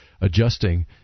adjusting